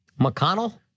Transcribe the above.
McConnell